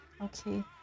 Okay